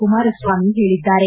ಕುಮಾರಸ್ವಾಮಿ ಹೇಳಿದ್ದಾರೆ